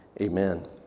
Amen